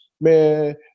Man